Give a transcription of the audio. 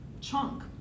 chunk